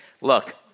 Look